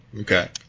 Okay